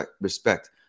respect